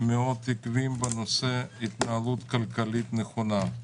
מאוד עקביים בנושא התנהלות כלכלית נכונה.